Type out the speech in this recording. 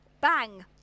Bang